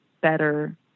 better